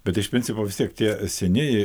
bet iš principo vis tiek tie seni